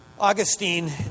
Augustine